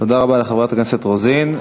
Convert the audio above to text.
תודה רבה לחברת הכנסת רוזין.